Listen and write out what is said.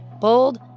bold